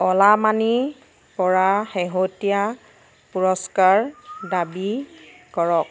অ'লা মানিৰ পৰা শেহতীয়া পুৰস্কাৰ দাবী কৰক